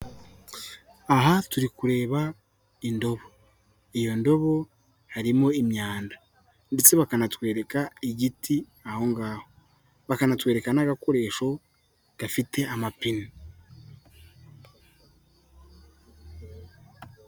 Aha turi kureba indobo, iyo ndobo harimo imyanda ndetse bakanatwereka igiti aho ngaho, bakanatwereka n'agakoresho gafite amapine.